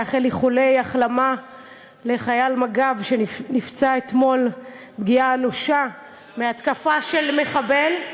לאחל איחולי החלמה לחייל מג"ב שנפגע אתמול פגיעה אנושה בהתקפה של מחבל.